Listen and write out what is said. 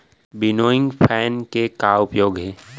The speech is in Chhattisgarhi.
विनोइंग फैन के का उपयोग हे?